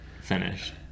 finish